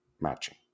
matching